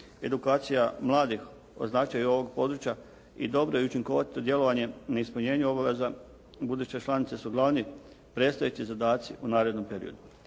edukacija mladih o značaju ovog područja i dobro i učinkovito djelovanje na ispunjenju obaveza buduće članice su glavni predstojeći zadaci u narednom periodu.